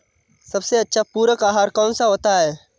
सबसे अच्छा पूरक आहार कौन सा होता है?